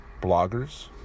bloggers